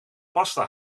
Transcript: pasta